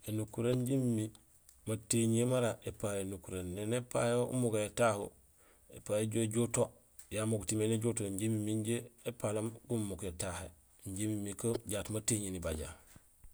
Ēnukuréén jaa émimiir matéñiyé mara épayo énukuréén. Néni épayo umugéyo tahu, épayo éjuhé éjool to, yamugutimé éni éjool to inje imimiir injé épaloom gumumuk yo tahé. Inja imimiir que jaat matéñihé nibajé.